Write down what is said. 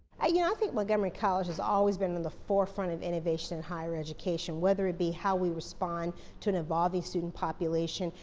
i you know think montgomery college has always been in the forefront of innovation in higher education, whether it be how we respond to an evolving student population,